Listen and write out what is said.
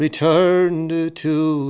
return to